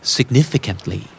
Significantly